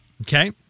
Okay